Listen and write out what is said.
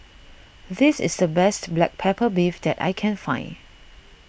this is the best Black Pepper Beef that I can find